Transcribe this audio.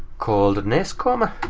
called nescom. ah